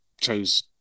chose